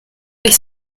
est